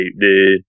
dude